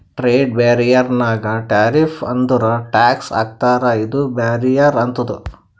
trade barrier ನಾಗ್ tariffs ಅಂದುರ್ tax ಹಾಕ್ತಾರ ಇದು ಬ್ಯಾರಿಯರ್ ಆತುದ್